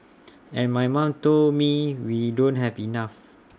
and my mom told me we don't have enough